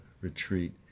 retreat